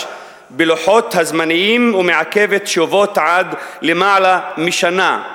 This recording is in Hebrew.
בלוחות הזמנים ומעכבת תשובות עד יותר משנה.